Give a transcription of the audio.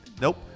Nope